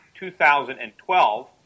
2012